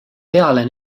peale